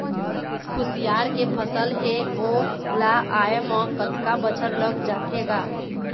खुसियार के फसल हे ओ ला आय म कतका बछर लग जाथे गा?